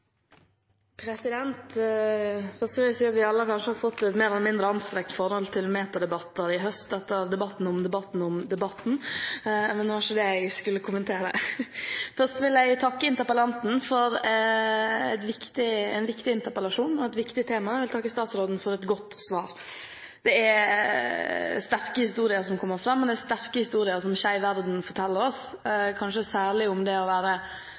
Først vil jeg si at vi alle kanskje har fått et mer eller mindre anstrengt forhold til metadebatter i høst etter debatten om debatten om debatten – men det var ikke det jeg skulle kommentere. Først vil jeg takke interpellanten for en viktig interpellasjon om et viktig tema, og jeg vil takke statsråden for et godt svar. Det er sterke historier som kommer fram, og det er sterke historier som Skeiv Verden forteller oss, kanskje særlig om det å være